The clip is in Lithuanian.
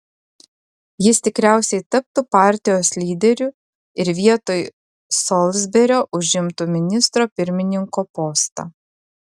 jis tikriausiai taptų partijos lyderiu ir vietoj solsberio užimtų ministro pirmininko postą